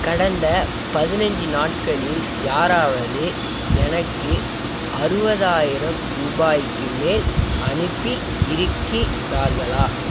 கடந்த பதினைஞ்சு நாட்களில் யாராவது எனக்கு அறுபதாயிரம் ரூபாய்க்கு மேல் அனுப்பி இருக்கிறார்களா